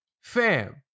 fam